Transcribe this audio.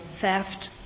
theft